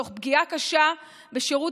תוך פגיעה קשה בשירות